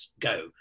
go